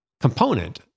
component